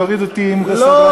תוריד אותי עם סדרנים,